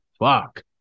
fuck